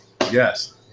Yes